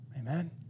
Amen